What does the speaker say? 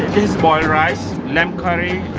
is boiled rice, lamb curry,